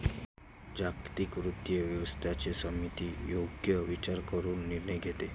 जागतिक वित्तीय व्यवस्थेची समिती योग्य विचार करून निर्णय घेते